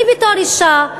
אני בתור אישה,